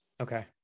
Okay